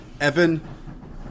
Evan